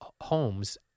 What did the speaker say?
homes